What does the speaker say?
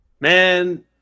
man